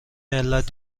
علت